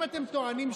אתם טוענים שמה,